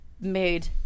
made